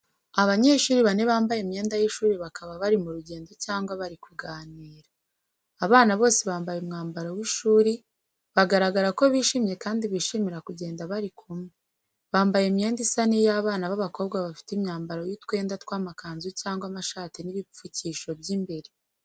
Abanyeshuri bane bambaye imyenda y’ishuri bakaba bari mu rugendo cyangwa bari kuganira. Abana bose bambaye umwambaro w’ishuri, bagaragara ko bishimye kandi bishimira kugenda bari kumwe. Bambaye imyenda isa n’iy’abana b’abakobwa bafite imyambaro y’utwenda tw’amakanzu cyangwa amashati n’ibipfukisho by’imbere.